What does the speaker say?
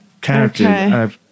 character